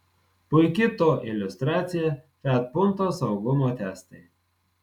puiki to iliustracija fiat punto saugumo testai